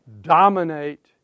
dominate